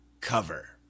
cover